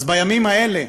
אז בימים האלה,